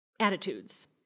attitudes